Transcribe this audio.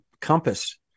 compass